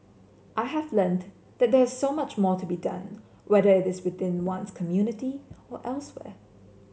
I have learnt that there is so much more to be done whether it is within one's community or elsewhere